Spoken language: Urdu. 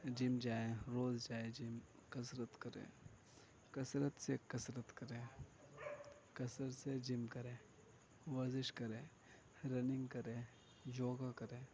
جم جائیں روز جائیں جم کسرت کریں کثرت سے کسرت کریں کثرت سے جم کریں ورزش کریں رننگ کریں یوگا کریں